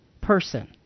person